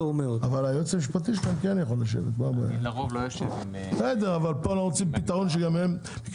לרוב אני לא יושב עם --- אבל היועץ המשפטי שלהם כן יכול לשבת,